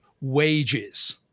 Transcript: wages